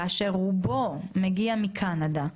כאשר רובו מגיע מקנדה,